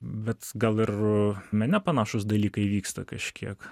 bet gal ir mene panašūs dalykai vyksta kažkiek